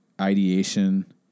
ideation